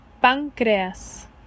páncreas